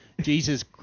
Jesus